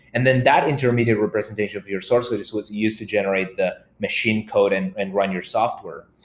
and then that intermediate representation of your source code is what's used to generate the machine code and and run your software.